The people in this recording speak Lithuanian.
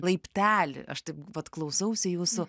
laiptelį aš taip vat klausausi jūsų